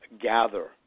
gather